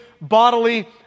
bodily